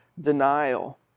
denial